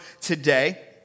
today